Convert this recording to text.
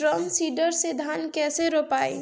Drum seeder से धान कैसे रोपाई?